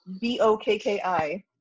B-O-K-K-I